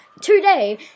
today